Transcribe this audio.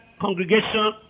congregation